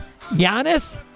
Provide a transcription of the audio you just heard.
Giannis